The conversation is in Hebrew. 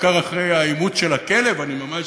בעיקר אחרי האימוץ של הכלב אני ממש,